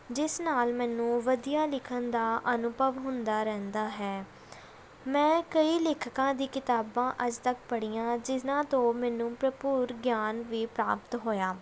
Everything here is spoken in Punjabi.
ਜਿਸ ਨਾਲ ਮੈਨੂੰ ਵਧੀਆ ਲਿਖਣ ਦਾ ਅਨੁਭਵ ਹੁੰਦਾ ਰਹਿੰਦਾ ਹੈ ਮੈਂ ਕਈ ਲੇਖਕਾਂ ਦੀ ਕਿਤਾਬਾਂ ਅੱਜ ਤੱਕ ਪੜ੍ਹੀਆਂ ਜਿਹਨਾਂ ਤੋਂ ਮੈਨੂੰ ਭਰਪੂਰ ਗਿਆਨ ਵੀ ਪ੍ਰਾਪਤ ਹੋਇਆ